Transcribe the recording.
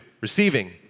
receiving